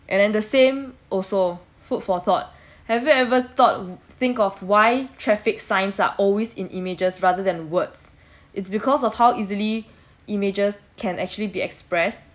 and then the same also food for thought have you ever thought think of why traffic signs are always in images rather than words it's because of how easily images can actually be expressed